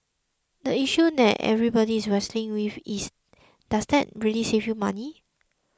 the issue that everybody is wrestling with is does that really save you money